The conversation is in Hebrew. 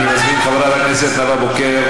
אני מזמין את חברת הכנסת נאוה בוקר,